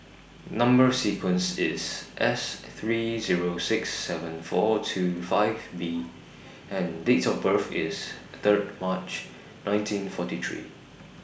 Number sequence IS S three Zero six seven four two five B and Date of birth IS Third March nineteen forty three